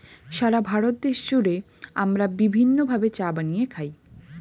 সারা ভারত দেশ জুড়ে আমরা বিভিন্ন ভাবে চা বানিয়ে খাই